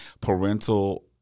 Parental